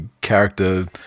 character